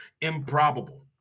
improbable